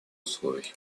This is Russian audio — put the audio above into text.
условий